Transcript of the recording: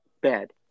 bad